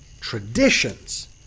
traditions